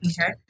Okay